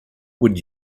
would